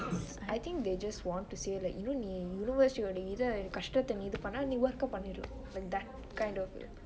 I think they just want to say that இன்னு நீ:innu nee university ஒட இத கஷ்ட்டத்த நீ இது பன்ன:ode ithe kashtete nee ithu panna work க பன்னிருவ:ke panniruve that kind of